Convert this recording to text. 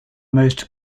most